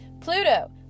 Pluto